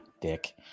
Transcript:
dick